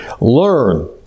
Learn